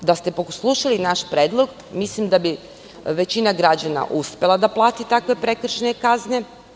Da ste poslušali naš predlog mislim da bi većina građana uspela da plati takve prekršajne kazne.